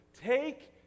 Take